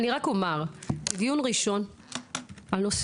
<< יור >> פנינה תמנו (יו"ר הוועדה לקידום